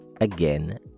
again